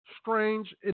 strange